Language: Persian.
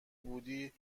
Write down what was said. بودی